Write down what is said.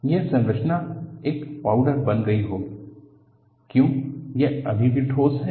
यह संरचना एक पाउडर बन गई होगी क्यों यह अभी भी ठोस है